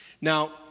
Now